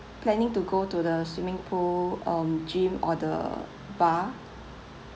planning to go to the swimming pool um gym or the bar